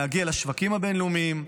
להגיע לשווקים הבין-לאומיים.